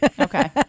Okay